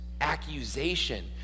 accusation